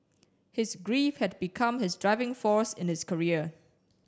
his grief had become his driving force in his career